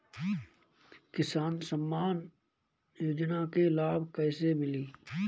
किसान सम्मान योजना के लाभ कैसे मिली?